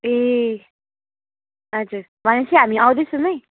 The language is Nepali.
ए हजुर भनेपछि हामी आउँदैछौँ है